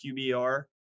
QBR